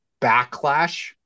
backlash